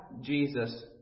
Jesus